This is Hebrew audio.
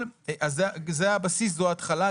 זה הבסיס, זו ההתחלה.